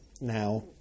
now